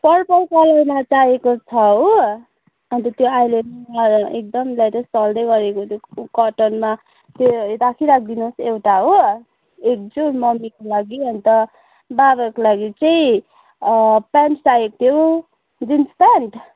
purple कलरमा चाहिएको छ हो अन्त त्यो अहिले नयाँ एकदम लेटेस्ट चल्दै गरेको त्यो कटनमा त्यो राखिराख्दिनुहोस् एउटा हो एक जोर मम्मीको लागि अन्त बाबाको लागि चाहिँ प्यान्ट चाहिएको थियो जिन्स प्यान्ट